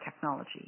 technology